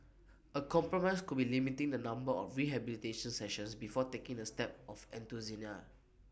A compromise could be limiting the number of rehabilitation sessions before taking the step of euthanasia